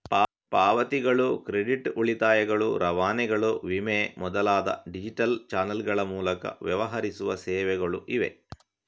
ಪಾವತಿಗಳು, ಕ್ರೆಡಿಟ್, ಉಳಿತಾಯಗಳು, ರವಾನೆಗಳು, ವಿಮೆ ಮೊದಲಾದ ಡಿಜಿಟಲ್ ಚಾನಲ್ಗಳ ಮೂಲಕ ವ್ಯವಹರಿಸುವ ಸೇವೆಗಳು ಇವೆ